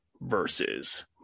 versus